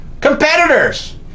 competitors